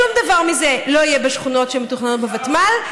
שום דבר מזה לא יהיה בשכונות שמתוכננות בוותמ"ל,